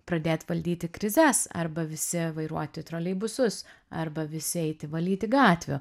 pradėt valdyti krizes arba visi vairuoti troleibusus arba visi eiti valyti gatvių